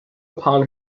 upon